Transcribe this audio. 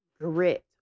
grit